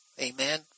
Amen